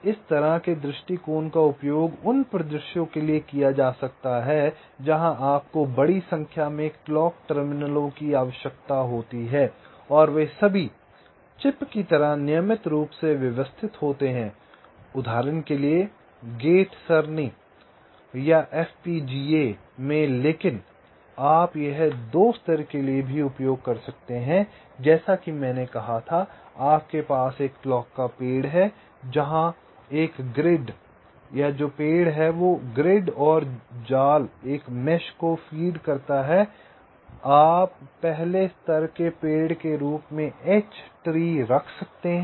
इस तरह के दृष्टिकोण का उपयोग उन परिदृश्यों के लिए किया जा सकता है जहां आपको बड़ी संख्या में क्लॉक टर्मिनलों की आवश्यकता होती है और वे सभी चिप की तरह नियमित रूप से व्यवस्थित होते हैं उदाहरण के लिए गेट सरणी या FPGA में लेकिन आप यह 2 स्तर के लिए भी उपयोग कर सकते हैं जैसा कि मैंने कहा था आपके पास एक क्लॉक का पेड़ है जो एक ग्रिड या जाल को फीड करता है आप पहले स्तर के पेड़ के रूप में H ट्री रख सकते हैं